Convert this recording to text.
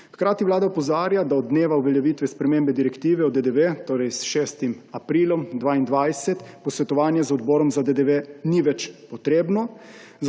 Hkrati Vlada opozarja, da od dneva uveljavitve spremembe direktive o DDV, torej s 6. aprilom 2022, posvetovanje z odborom za DDV ni več potrebno,